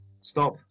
Stop